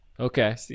okay